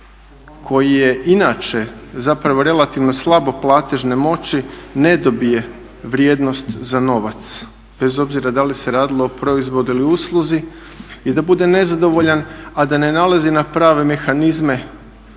koji je inače zapravo relativno slabo platežne moći ne dobije vrijednost za novac bez obzira da li se radilo o proizvodu ili usluzi i da bude nezadovoljan, a da ne nailazi na prave mehanizme